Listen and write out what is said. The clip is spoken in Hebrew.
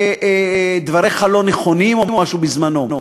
שדבריך לא נכונים או משהו, בזמנך.